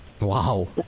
Wow